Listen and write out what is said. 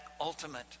ultimate